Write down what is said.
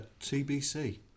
TBC